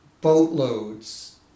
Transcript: boatloads